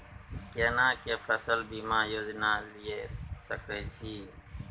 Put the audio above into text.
केना के फसल बीमा योजना लीए सके छी?